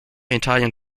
italien